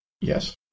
Yes